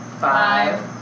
Five